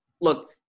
look